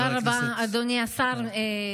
תודה רבה, אדוני השר.